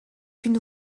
une